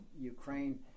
Ukraine